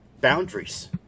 boundaries